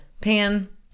pan